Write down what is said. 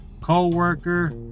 co-worker